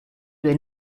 due